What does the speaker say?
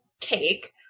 cake